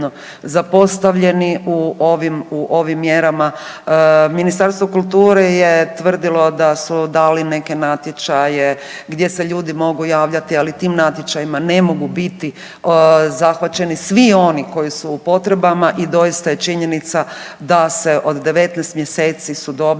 zapostavljeni u ovim, u ovim mjerama. Ministarstvo kulture je tvrdilo da su dali neke natječaje gdje se ljudi mogu javljati, ali tim natječajima ne mogu biti zahvaćeni svi oni koji su u potrebama i doista je činjenica da se od 19 mjeseci su dobili